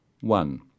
one